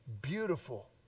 beautiful